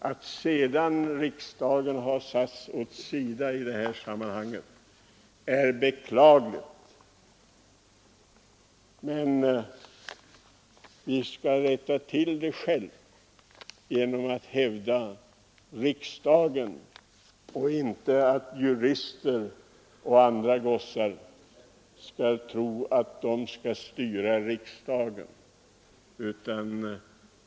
Att riksdagen har satts åt sidan i det här sammanhanget är beklagligt, men vi skall rätta till det själva genom att hävda riksdagen, så att inte jurister och andra gossar skall tro att de kan styra riksdagen.